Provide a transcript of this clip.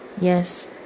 yes